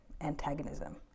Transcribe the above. antagonism